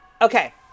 Okay